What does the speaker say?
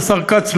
השר כץ,